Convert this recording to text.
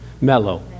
mellow